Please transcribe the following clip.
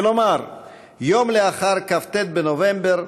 כלומר יום אחרי כ"ט בנובמבר,